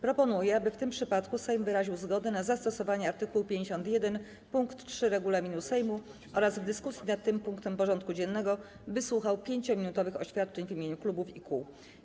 Proponuję, aby w tym przypadku Sejm wyraził zgodę na zastosowanie art. 51 pkt 3 regulaminu Sejmu oraz w dyskusji nad tym punktem porządku dziennego wysłuchał 5-minutowych oświadczeń w imieniu klubów i kół.